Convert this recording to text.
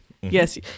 yes